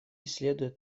следует